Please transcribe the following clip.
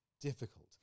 difficult